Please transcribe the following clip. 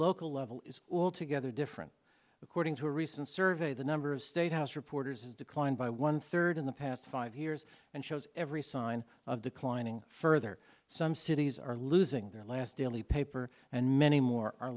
local level is altogether different according to a recent survey the number of state house reporters has declined by one third in the past five years and shows every sign of declining further some cities are losing their last daily paper and many more are